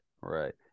Right